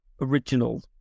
original